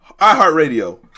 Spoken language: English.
iHeartRadio